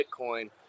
Bitcoin